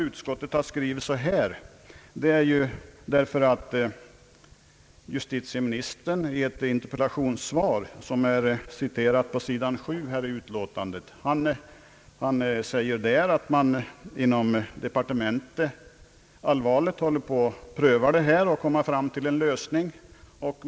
Utskottet har skrivit på detta sätt där för att justitieministern i ett interpellationssvar, som är citerat på sidan 7 i utskottsutlåtandet, säger att man inom departementet allvarligt prövar detta ärende för att finna en lösning.